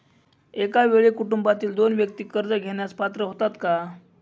एका वेळी कुटुंबातील दोन व्यक्ती कर्ज घेण्यास पात्र होतात का?